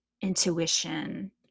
intuition